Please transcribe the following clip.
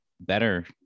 better